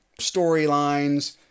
Storylines